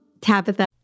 Tabitha